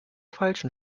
falschen